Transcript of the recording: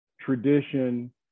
tradition